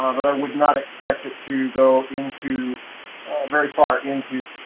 um but i would not expect it to go into very far into